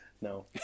no